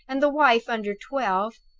and the wife under twelve.